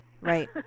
Right